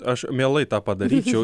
aš mielai tą padaryčiau